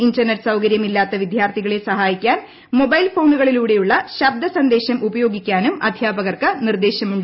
internet സൌകര്യം ഇല്ലാത്ത വിദ്യാർത്ഥികളെ സഹായിക്കാൻ മൊബൈൽ ഫോണുകളിലൂടെയുള്ള ശബ്ദ സന്ദേശം ഉപയോഗിക്കാനും അധ്യാപകർക്ക് നിർദ്ദേശമുണ്ട്